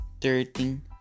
thirteen